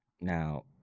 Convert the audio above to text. Now